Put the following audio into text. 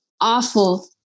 awful